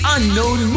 Unknown